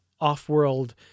off-world